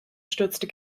stürzte